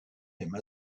him